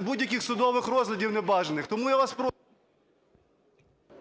будь-яких судових розглядів небажаних. Тому я вас прошу...